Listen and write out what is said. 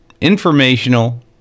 informational